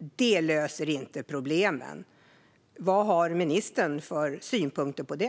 inte löser problemen. Vad har ministern för synpunkter på det?